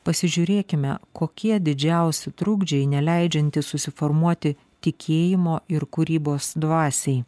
pasižiūrėkime kokie didžiausi trukdžiai neleidžiantys susiformuoti tikėjimo ir kūrybos dvasiai